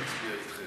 הייתי מצביע אתכם.